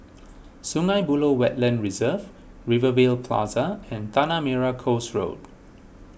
Sungei Buloh Wetland Reserve Rivervale Plaza and Tanah Merah Coast Road